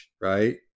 right